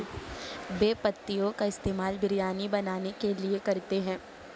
बे पत्तियों का इस्तेमाल बिरयानी बनाने के लिए करते हैं